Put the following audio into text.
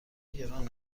گران